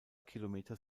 kilometer